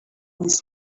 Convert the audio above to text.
this